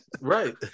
Right